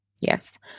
Yes